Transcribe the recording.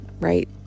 right